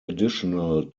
additional